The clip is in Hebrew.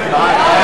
ב'.